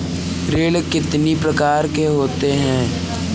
ऋण कितनी प्रकार के होते हैं?